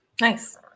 Nice